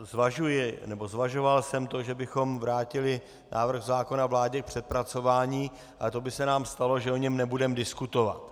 Zvažuji, nebo zvažoval jsem to, že bychom vrátili návrh zákona vládě k přepracování, ale to by se nám stalo, že o něm nebudeme diskutovat.